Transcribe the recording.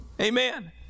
Amen